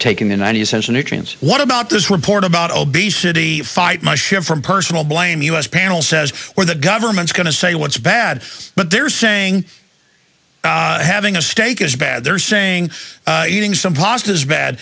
taking the ninety cents nutrients what about this report about obesity fight mushin from personal blame us panel says where the government's going to say what's bad but they're saying having a steak is bad they're saying eating some pasta is bad